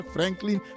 Franklin